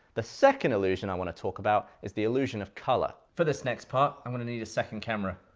the second illusion i wanna talk about is the illusion of color. for this next part, i'm gonna need a second camera.